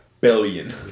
billion